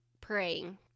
praying